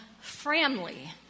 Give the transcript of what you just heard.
Framley